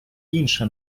інша